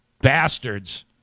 bastards